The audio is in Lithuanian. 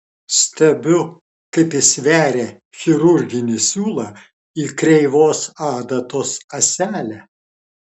stebiu kaip jis veria chirurginį siūlą į kreivos adatos ąselę